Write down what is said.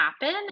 happen